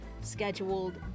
scheduled